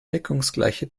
deckungsgleiche